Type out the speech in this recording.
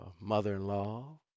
mother-in-law